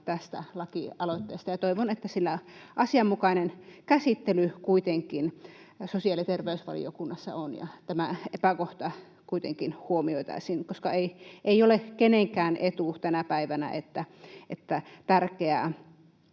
tästä lakialoitteesta. Toivon, että sillä asianmukainen käsittely kuitenkin sosiaali- ja terveysvaliokunnassa on ja tämä epäkohta kuitenkin huomioitaisiin, koska ei ole kenenkään etu tänä päivänä, että tärkeää